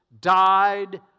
died